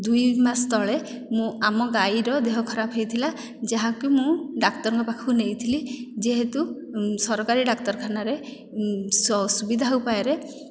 ଦୁଇମାସ ତଳେ ମୁଁ ଆମ ଗାଈର ଦେହ ଖରାପ ହୋଇଥିଲା ଯାହାକୁ କି ମୁଁ ଡାକ୍ତରଙ୍କ ପାଖକୁ ନେଇଥିଲି ଯେହେତୁ ସରକାରୀ ଡାକ୍ତରଖାନାରେ ସୁବିଧା ଉପାୟରେ